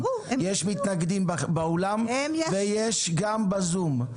יש מתנגדים באולם ויש גם בזום.